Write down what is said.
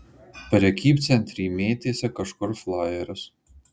prekybcentry mėtėsi kažkur flajeris